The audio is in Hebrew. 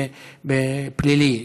בפלילי,